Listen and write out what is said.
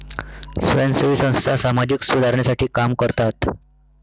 स्वयंसेवी संस्था सामाजिक सुधारणेसाठी काम करतात